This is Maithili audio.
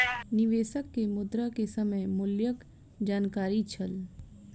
निवेशक के मुद्रा के समय मूल्यक जानकारी छल